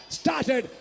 started